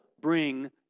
bring